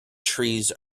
trees